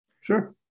Sure